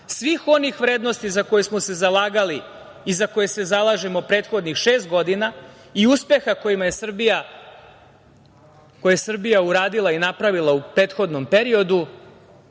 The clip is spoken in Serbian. svih onih vrednosti za koje smo se zalagali i za koje se zalažemo prethodnih šest godina i uspeha koje je Srbija uradila i napravila u prethodnom periodu,